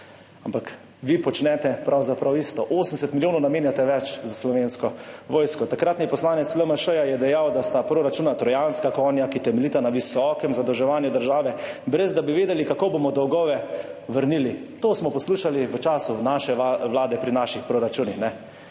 tu. Vi počnete pravzaprav isto, 800 milijonov več namenjate za Slovensko vojsko. Takratni poslanec LMŠ je dejal, da sta proračuna trojanska konja, ki temeljita na visokem zadolževanju države, ne da bi vedeli, kako bomo dolgove vrnili. To smo poslušali v času naše vlade pri naših proračunih,